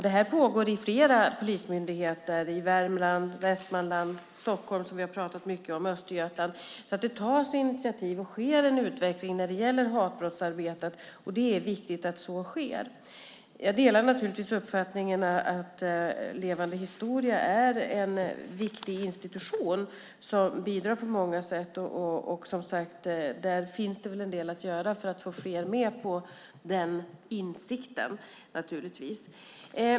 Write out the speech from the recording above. Detta pågår i flera polismyndigheter, i Värmland, Västmanland, Stockholm som vi har pratat mycket om och Östergötland. Det tas alltså initiativ och sker en utveckling när det gäller arbetet mot hatbrott. Det är viktigt att så sker. Jag delar naturligtvis uppfattningen att Forum för levande historia är en viktig institution som bidrar på många sätt, och där finns det en del att göra för att fler ska få denna insikt.